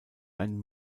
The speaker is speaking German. ein